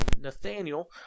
Nathaniel